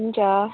हुन्छ